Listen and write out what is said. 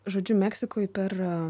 žodžiu meksikoj per